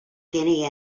guinea